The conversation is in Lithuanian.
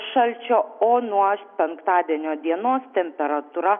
šalčio o nuo penktadienio dienos temperatūra